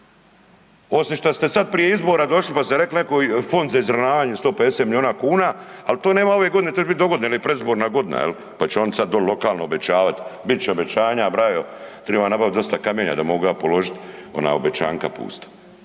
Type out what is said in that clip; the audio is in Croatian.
osim šta ste sad prije izbora došli pa ste rekli Fond za izravnavanje 150 milijuna kuna, ali to nema ove godine to će biti dogodine jel je predizborna godina pa će oni sada doli lokalno obećavati. Bit će obećanja brajo, triba nabaviti dosta kamenja da mogu ja položiti ona obećanja pusta.